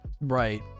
Right